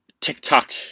TikTok